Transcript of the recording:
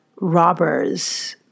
robbers